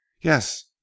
Yes